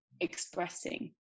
expressing